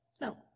No